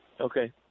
Okay